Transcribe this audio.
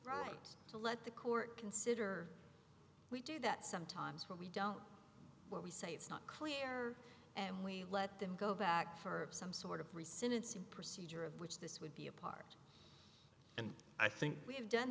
right to let the court consider we do that sometimes when we don't well we say it's not clear and we let them go back for some sort of ricin it's a procedure of which this would be a part and i think we have done